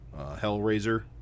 Hellraiser